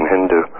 Hindu